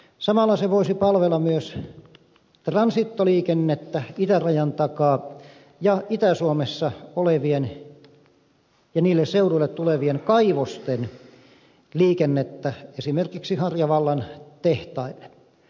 samalla se voisi palvella myös transitoliikennettä itärajan takaa ja itä suomessa olevien ja niille seuduille tulevien kaivosten liikennettä esimerkiksi harjavallan tehtaille